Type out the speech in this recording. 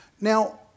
Now